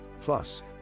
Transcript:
Plus